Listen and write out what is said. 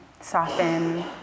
soften